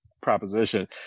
proposition